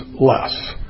less